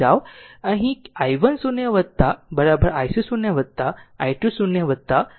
તેથી અહીં i 1 0 ic 0 i2 0